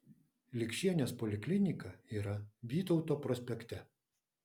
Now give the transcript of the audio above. likšienės poliklinika yra vytauto prospekte